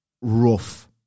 rough